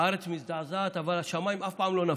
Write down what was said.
הארץ מזדעזעת, אבל השמיים אף פעם לא נפלו.